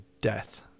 death